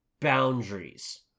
boundaries